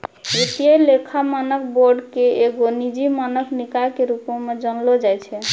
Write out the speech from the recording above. वित्तीय लेखा मानक बोर्ड के एगो निजी मानक निकाय के रुपो मे जानलो जाय छै